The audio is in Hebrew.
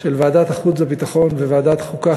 של ועדת החוץ והביטחון וועדת חוקה,